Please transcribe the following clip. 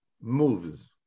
moves